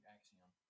Axiom